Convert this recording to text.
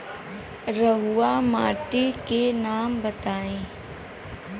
रहुआ माटी के नाम बताई?